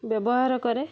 ବ୍ୟବହାର କରେ